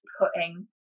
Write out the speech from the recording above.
putting